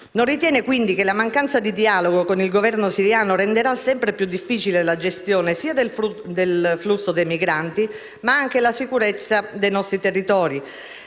non ritiene, quindi, che la mancanza di dialogo con il Governo siriano renderà sempre più difficile la gestione sia del flusso dei migranti che della sicurezza dei nostri territori?